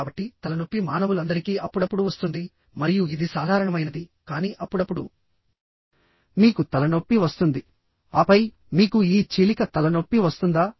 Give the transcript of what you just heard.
కాబట్టి తలనొప్పి మానవులందరికీ అప్పుడప్పుడు వస్తుంది మరియు ఇది సాధారణమైనది కానీ అప్పుడప్పుడు మీకు తలనొప్పి వస్తుంది ఆపై మీకు ఈ చీలిక తలనొప్పి వస్తుందా